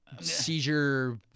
seizure